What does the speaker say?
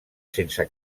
sense